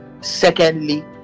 secondly